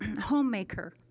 homemaker